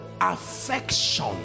affection